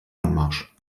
anmarsch